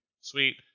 Sweet